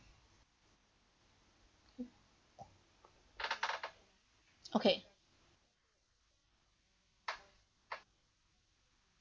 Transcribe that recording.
okay